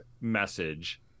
message